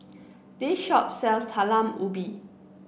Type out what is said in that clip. this shop sells Talam Ubi